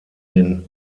den